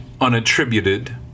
unattributed